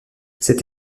cette